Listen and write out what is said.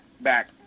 back